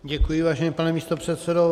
Děkuji, vážený pane místopředsedo.